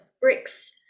bricks